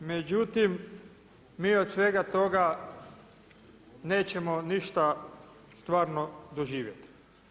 Međutim, mi od svega toga nećemo ništa stvarno doživjeti.